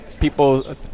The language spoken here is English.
people